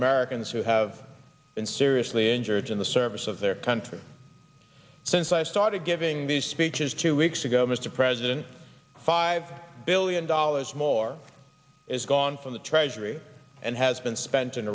americans who have been seriously injured in the service of their country since i started giving these speeches two weeks ago mr president five billion dollars more is gone from the treasury and has been spent in